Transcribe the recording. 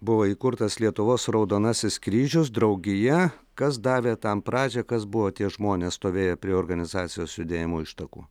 buvo įkurtas lietuvos raudonasis kryžiaus draugija kas davė tam pradžią kas buvo tie žmonės stovėję prie organizacijos judėjimo ištakų